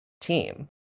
team